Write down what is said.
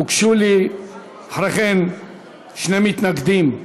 הוגשו לי אחרי כן שני מתנגדים,